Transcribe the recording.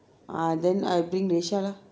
ah then I bring reisha lah